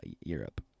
Europe